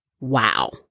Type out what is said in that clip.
Wow